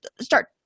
start